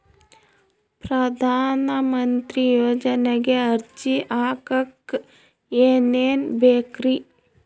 ಪ್ರಧಾನಮಂತ್ರಿ ಯೋಜನೆಗೆ ಅರ್ಜಿ ಹಾಕಕ್ ಏನೇನ್ ಬೇಕ್ರಿ?